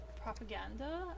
propaganda